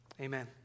Amen